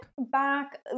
back